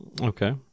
Okay